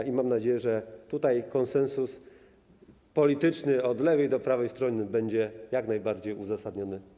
I mam nadzieję, że tutaj konsensus polityczny od lewej do prawej strony będzie jak najbardziej uzasadniony.